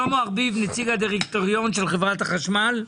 שלמה ארביב, נציג הדירקטוריון של חברת החשמל.